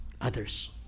others